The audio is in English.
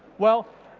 well,